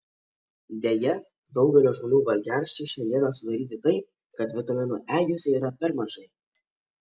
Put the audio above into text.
deja daugelio žmonių valgiaraščiai šiandieną sudaryti taip kad vitamino e juose yra per mažai